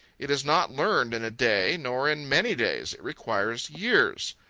it is not learned in a day, nor in many days it requires years.